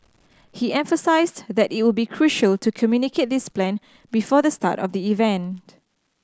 he emphasised that it would be crucial to communicate this plan before the start of the event